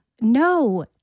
No